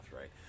right